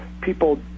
people